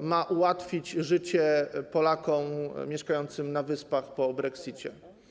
ma ułatwić życie Polakom mieszkającym na Wyspach po brexicie?